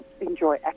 enjoy